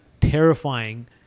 terrifying